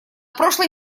прошлой